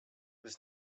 was